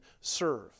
serve